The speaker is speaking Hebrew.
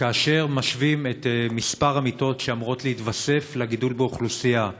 כאשר משווים את מספר המיטות שאמורות להתווסף לגידול באוכלוסייה,